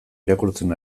irakurtzen